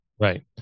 right